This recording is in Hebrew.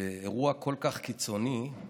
ובאירוע כל כך קיצוני,